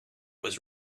was